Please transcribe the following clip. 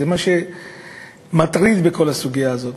זה מה שמטריד בכל הסוגיה הזאת: